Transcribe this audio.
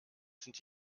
sind